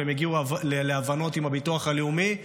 והם הגיעו להבנות עם הביטוח הלאומי.